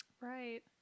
Right